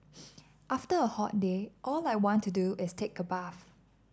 after a hot day all I want to do is take a bath